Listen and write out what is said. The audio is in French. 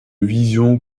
vision